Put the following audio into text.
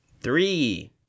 Three